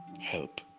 help